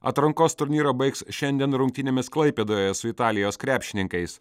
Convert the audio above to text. atrankos turnyrą baigs šiandien rungtynėmis klaipėdoje su italijos krepšininkais